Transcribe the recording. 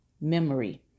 Memory